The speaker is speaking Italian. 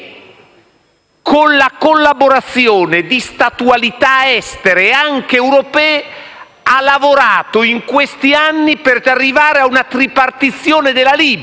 con la collaborazione di statualità estere e anche europee ha lavorato in questi anni per arrivare ad una tripartizione della Libia,